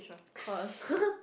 cause